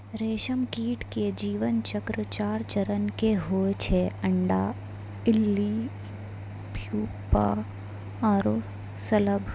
रेशम कीट के जीवन चक्र चार चरण के होय छै अंडा, इल्ली, प्यूपा आरो शलभ